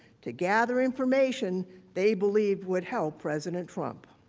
together information they believed would help president trump.